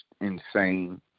insane